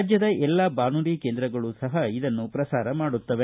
ರಾಜ್ಯದ ಎಲ್ಲಾ ಬಾನುಲಿ ಕೇಂದ್ರಗಳು ಇದನ್ನು ಸಹ ಪ್ರಸಾರ ಮಾಡುತ್ತವೆ